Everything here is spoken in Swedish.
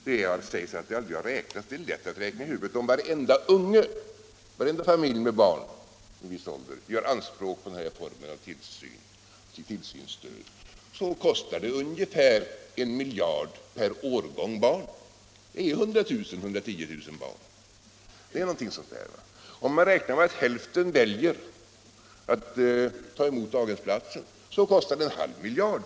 Det är lätt att räkna i huvudet att om varenda familj med barn i en viss ålder gör anspråk på den formen av tillsynsstöd, kostar det ungefär en miljard per årgång barn. Det finns 100 000 å 110 000 barn i varje årgång. Om man räknar med att hälften väljer att ta emot daghemsplats kostar det en halv miljard.